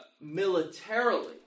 militarily